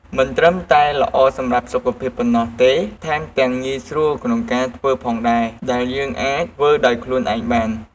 មិនត្រឹមតែល្អសម្រាប់សុខភាពប៉ុណ្ណោះទេ ថែមទាំងងាយស្រួលក្នុងការធ្វើផងដែរ ដែលយើងអាចធ្វើដោយខ្លួនឯងបាន។